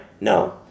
No